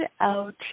out